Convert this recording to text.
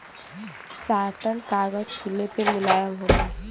satin कागज छुले पे मुलायम होला